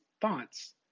thoughts